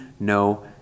no